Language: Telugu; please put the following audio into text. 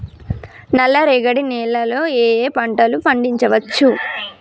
నల్లరేగడి నేల లో ఏ ఏ పంట లు పండించచ్చు?